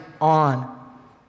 on